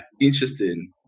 interesting